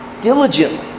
Diligently